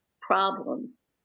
problems